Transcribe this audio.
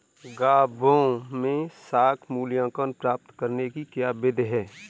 गाँवों में साख मूल्यांकन प्राप्त करने की क्या विधि है?